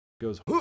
goes